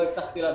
לא הצלחתי להבין,